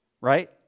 right